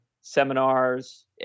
seminars